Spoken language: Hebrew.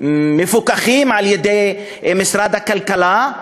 מפוקחות על-ידי משרד הכלכלה,